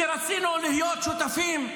שרצינו להיות שותפים,